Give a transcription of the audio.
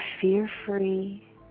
fear-free